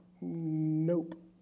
nope